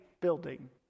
building